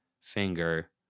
finger